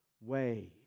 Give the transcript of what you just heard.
ways